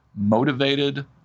motivated